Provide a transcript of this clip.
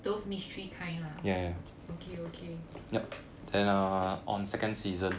those mystery kind ah okay okay